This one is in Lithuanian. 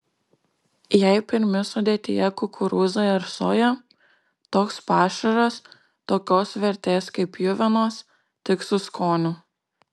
jei pirmi sudėtyje kukurūzai ar soja toks pašaras tokios vertės kaip pjuvenos tik su skoniu